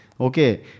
Okay